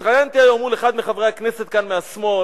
התראיינתי היום מול אחד מחברי הכנסת כאן מהשמאל,